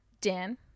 Dan